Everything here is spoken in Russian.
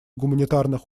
гуманитарных